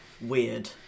weird